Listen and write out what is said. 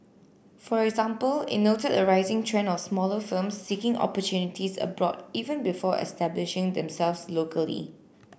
for example it noted a rising trend of smaller firms seeking opportunities abroad even before establishing themselves locally